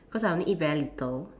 cause I only eat very little